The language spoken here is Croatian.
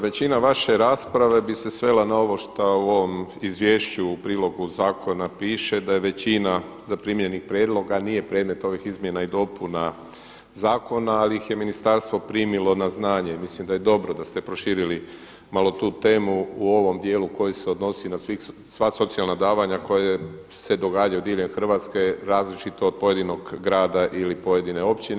Većina vaše rasprave bi se svela na ovo šta u ovom izvješću u prilogu zakona piše da je većina zaprimljenih prijedloga nije predmet ovih izmjena i dopuna zakona, ali ih je ministarstvo primilo na znanje i mislim da je dobro da ste proširili malo tu temu u ovom dijelu koji se odnosi na sva socijalna davanja koja se događaju diljem Hrvatske različito od pojedinog grada ili pojedine općine.